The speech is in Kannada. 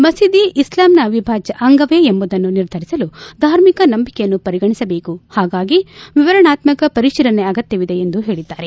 ಮಸೀದಿ ಇಸ್ಲಾಂನ ಅವಿಭಾಜ್ಯ ಅಂಗವೇ ಎಂಬುದನ್ನು ನಿರ್ಧರಿಸಲು ಧಾರ್ಮಿಕ ನಂಬಿಕೆಯನ್ನು ಪರಿಗಣಿಸಬೇಕು ಹಾಗಾಗಿ ವಿವರಣಾತ್ಮಕ ಪರಿಶೀಲನೆ ಅಗತ್ಸವಿದೆ ಎಂದು ಹೇಳಿದ್ದಾರೆ